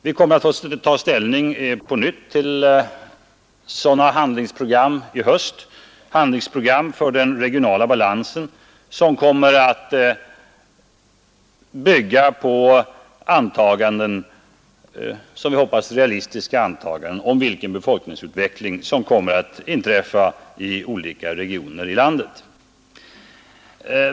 Vi får i höst på nytt ta ställning till sådana regionalpolitiska handlingsprogram och, som jag hoppas, realistiska antaganden om vilken befolkningsutveckling som kommer att äga rum i olika regioner i landet.